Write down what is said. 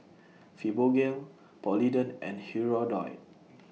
Fibogel Polident and Hirudoid